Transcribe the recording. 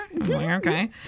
Okay